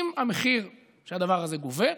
עם המחיר שהדבר הזה גובה.